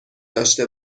داشته